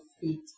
feet